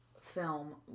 film